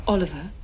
Oliver